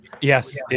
yes